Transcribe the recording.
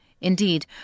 Indeed